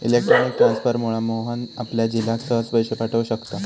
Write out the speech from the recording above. electronic ट्रांसफरमुळा मोहन आपल्या झिलाक सहज पैशे पाठव शकता